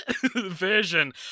version